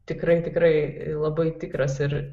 tikrai tikrai labai tikras ir